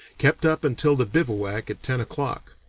kept up until the bivouack at ten o'clock.